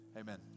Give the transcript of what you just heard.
amen